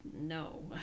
no